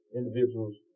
individuals